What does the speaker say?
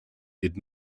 did